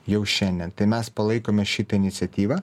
jau šiandien tai mes palaikome šitą iniciatyvą